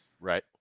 Right